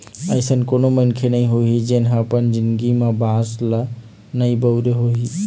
अइसन कोनो मनखे नइ होही जेन ह अपन जिनगी म बांस ल नइ बउरे होही